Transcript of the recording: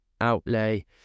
outlay